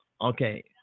okay